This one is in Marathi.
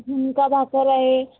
झुणका भाकरी आहे